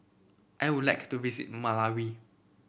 I would like to visit Malawi